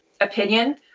opinion